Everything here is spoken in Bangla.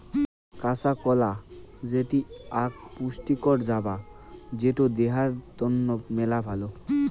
কাঁচা কলা যেটি আক পুষ্টিকর জাবা যেটো দেহার তন্ন মেলা ভালো